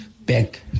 back